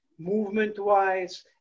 movement-wise